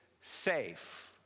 safe